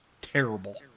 terrible